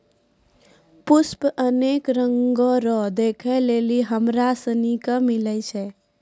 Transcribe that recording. पुष्प अनेक रंगो रो देखै लै हमरा सनी के मिलै छै